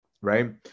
Right